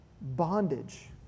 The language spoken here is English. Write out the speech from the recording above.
bondage